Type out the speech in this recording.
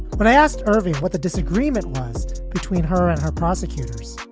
when i asked irving what the disagreement was between her and her prosecutors,